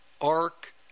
Ark